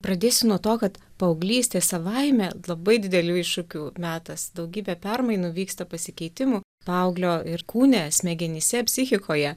pradėsiu nuo to kad paauglystė savaime labai didelių iššūkių metas daugybė permainų vyksta pasikeitimų paauglio ir kūne smegenyse psichikoje